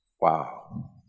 Wow